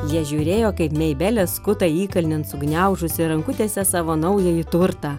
jie žiūrėjo kaip meibelė skuta įkalnėn sugniaužusi rankutėse savo naująjį turtą